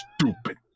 stupid